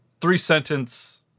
three-sentence